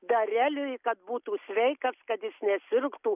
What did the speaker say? dareliui kad būtų sveikas kad jis nesirgtų